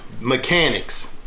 mechanics